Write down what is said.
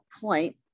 point